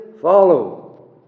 follow